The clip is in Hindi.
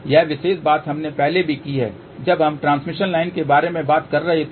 यह विशेष बात हमने पहले भी की है जब हम ट्रांसमिशन लाइन के बारे में बात कर रहे थे